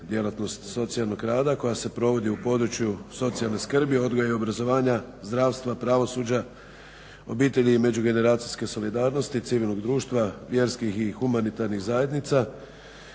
djelatnost socijalnog rada koja se provodi u području socijalne skrbi, odgoja i obrazovanja, zdravstva, pravosuđa, obitelji i međugeneracijske solidarnosti, civilnog društva, vjerskih i humanitarnih zajednica